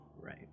Right